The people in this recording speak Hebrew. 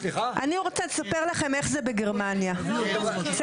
אני רוצה לספר לכם איך זה בגרמניה בסדר?